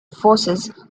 forces